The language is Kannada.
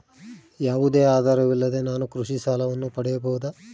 ಯಾವುದೇ ಆಧಾರವಿಲ್ಲದೆ ನಾನು ಕೃಷಿ ಸಾಲವನ್ನು ಪಡೆಯಬಹುದಾ?